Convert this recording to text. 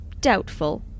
doubtful